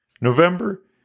November